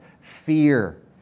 fear